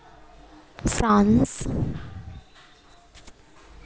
France